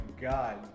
God